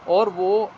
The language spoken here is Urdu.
اور وہ